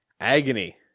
Agony